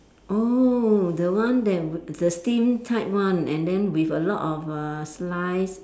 oh the one that w~ the steam type one and then with a lot of uh slice